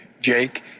jake